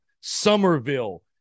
Somerville